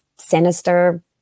sinister